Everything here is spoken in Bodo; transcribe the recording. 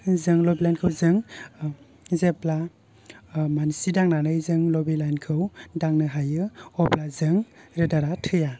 जों लबि लाइन खौ जों जेब्ला मानसि दांनानै जों लबि लाइन खौ दांनो हायो अब्ला जों रेदारा थैया